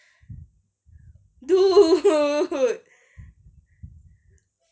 dude